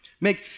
Make